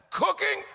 cooking